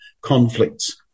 conflicts